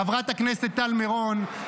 חברת הכנסת טל מירון,